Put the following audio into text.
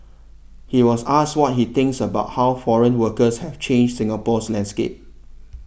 he was asked what he thinks about how foreign workers have changed Singapore's landscape